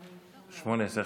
11,